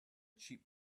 cheap